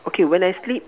okay when I sleep